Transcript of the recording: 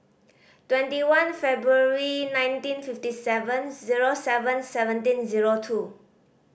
twenty one February nineteen fifty seven zero seven seventeen zero two